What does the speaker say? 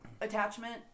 attachment